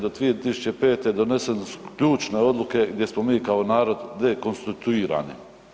Do 2005. donesene su ključne odluke gdje smo mi kao narod dekonstituirani.